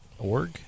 Org